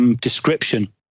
description